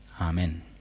Amen